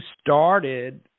started